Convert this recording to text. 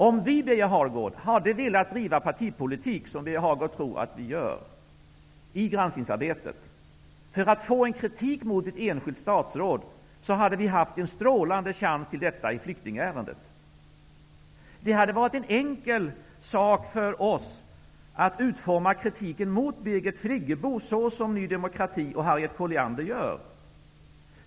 Om vi, Birger Hagård, hade velat driva partipolitik i granskningsarbetet, vilket han tror att vi gör, för att få kritik riktad mot ett enskilt statsråd, hade vi haft en strålande chans till detta i flyktingärendet. Det hade varit en enkel sak för oss att utforma kritiken mot Birgit Friggebo såsom Harriet Colliander och Ny demokrati gör.